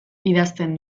idazten